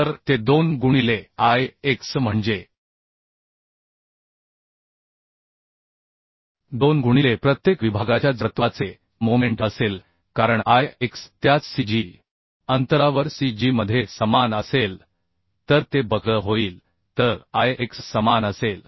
तर ते 2 गुणिले I x म्हणजे 2 गुणिले प्रत्येक विभागाच्या जडत्वाचे मोमेंट असेल कारण I x त्याच c g अंतरावर c g मध्ये समान असेल तर ते बकल होईल तर I x समान असेल